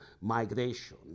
migration